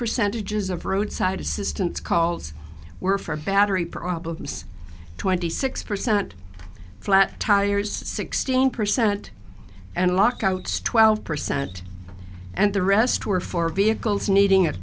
percentages of roadside assistance calls were for battery problems twenty six percent flat tires sixteen percent and lockouts twelve percent and the rest were for vehicles needing a